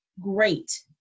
great